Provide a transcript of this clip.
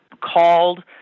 called